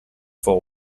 four